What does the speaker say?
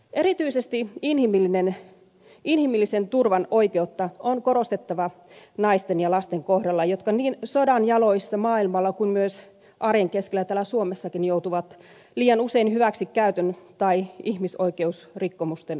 erityisesti inhimillisen turvan oikeutta on korostettava naisten ja lasten kohdalla jotka niin sodan jaloissa maailmalla kuin myös arjen keskellä täällä suomessa joutuvat liian usein hyväksikäytön tai ihmisoikeusrikkomusten uhreiksi